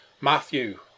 Matthew